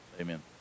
Amen